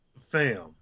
Fam